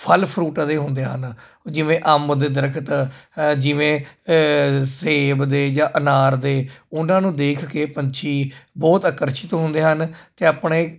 ਫਲ ਫਰੂਟ ਦੇ ਹੁੰਦੇ ਹਨ ਜਿਵੇਂ ਅੰਬ ਦੇ ਦਰਤਖ਼ ਜਿਵੇਂ ਸੇਬ ਦੇ ਜਾਂ ਅਨਾਰ ਦੇ ਉਹਨਾਂ ਨੂੰ ਦੇਖ ਕੇ ਪੰਛੀ ਬਹੁਤ ਅਕਰਸ਼ਿਤ ਹੁੰਦੇ ਹਨ ਅਤੇ ਆਪਣੇ